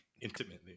intimately